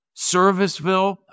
Serviceville